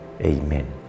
Amen